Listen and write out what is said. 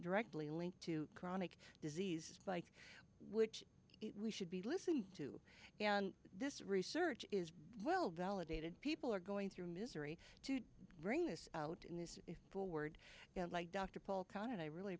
directly linked to chronic disease like which we should be listening to and this research is well validated people are going through misery to bring this out in this forward like dr paul kahn and i really